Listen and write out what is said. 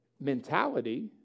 mentality